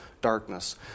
darkness